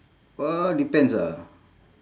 uh depends ah